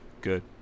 Good